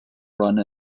run